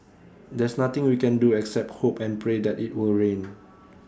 there's nothing we can do except hope and pray that IT will rain